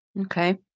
Okay